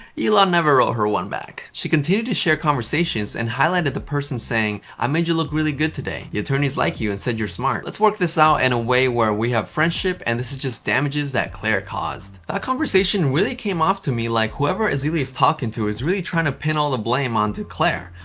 elon never wrote her one back. she continued to share conversations and highlighted the person saying, i made you look really good today. the attorneys like you and said you're smart. let's work this out in and a way where we have friendship and this is just damages that claire caused. that ah conversation really came off to me like whoever azealia's talking to is really trying to pin all the blame onto claire.